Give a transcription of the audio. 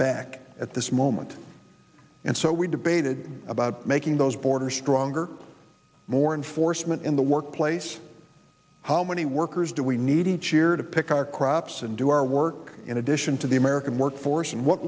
back at this moment and so we debated about making those border stronger more enforcement in the workplace how many workers do we need each year to pick our crops and do our work in addition to the american